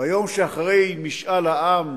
ביום שאחרי משאל העם,